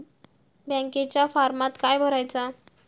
बँकेच्या फारमात काय भरायचा?